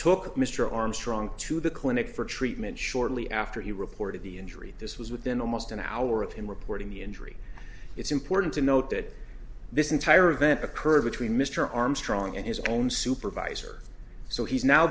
took mr armstrong to the clinic for treatment shortly after he reported the injury this was within almost an hour of him reporting the injury it's important to note that this entire event occurred between mr armstrong and his own supervisor so he's now